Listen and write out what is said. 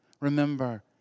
remember